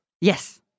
Yes